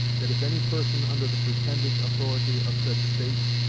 that if any person, under the pretended authority of said states,